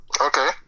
okay